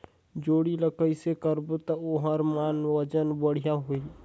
जोणी ला कइसे लगाबो ता ओहार मान वजन बेडिया आही?